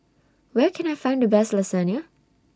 Where Can I Find The Best Lasagne